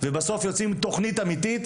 ובסוף יוצאים עם תכנית אמיתית